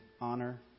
honor